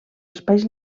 espais